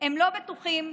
לא בטוחים,